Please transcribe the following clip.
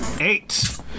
Eight